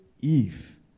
Eve